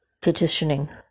petitioning